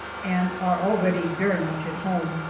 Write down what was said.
and are already very much at home,